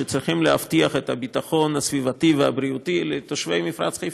שצריכות להבטיח את הביטחון הסביבתי והבריאותי לתושבי מפרץ חיפה,